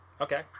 okay